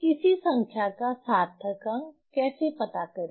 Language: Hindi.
किसी संख्या का सार्थक अंक कैसे पता करें